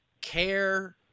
care